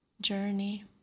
journey